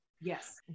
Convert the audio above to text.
Yes